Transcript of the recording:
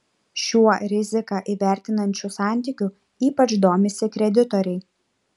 šiuo riziką įvertinančiu santykiu ypač domisi kreditoriai